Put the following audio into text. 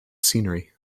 scenery